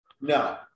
No